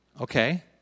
Okay